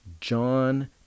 John